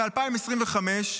ב-2025,